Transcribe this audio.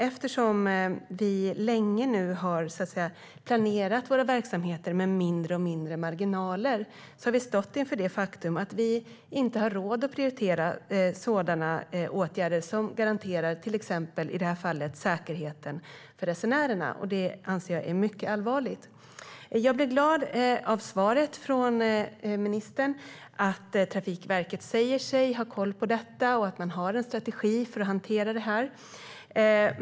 Eftersom vi länge har planerat våra verksamheter med mindre och mindre marginaler har vi stått inför det faktum att vi inte har råd att prioritera sådana åtgärder som garanterar till exempel, som i detta fall, säkerheten för resenärerna. Det anser jag är mycket allvarligt. Jag blev glad av svaret från ministern om att Trafikverket säger att man har koll på detta och har en strategi för att hantera detta.